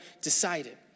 decided